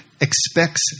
expects